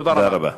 תודה רבה.